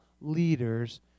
leaders